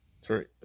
Sorry